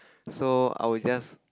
so I will just